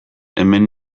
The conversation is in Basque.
hemen